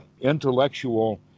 intellectual